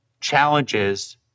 challenges